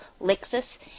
Lexus